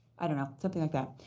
i don't know something like that.